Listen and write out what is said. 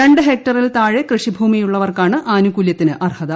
രണ്ട് ഹെക്ടറിൽ താഴെ കൃഷിഭൂമിയുള്ളവർക്കാണ് ആനുകൂല്യത്തിന് അർഹത